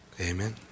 Amen